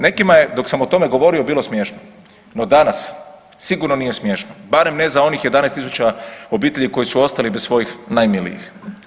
Nekima je dok sam o tome govorio bilo smiješno, no danas sigurno nije smiješno, barem ne za onih 11 tisuća obitelji koji su ostali bez svojih najmilijih.